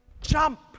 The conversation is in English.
jump